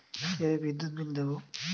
কিভাবে বিদ্যুৎ বিল দেবো?